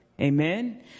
Amen